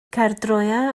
caerdroea